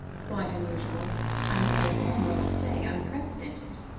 quite unusual i may almost say, unprecedented.